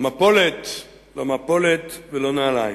לא מפולת ולא נעליים.